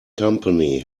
company